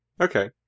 okay